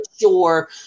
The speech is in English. sure